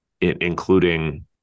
including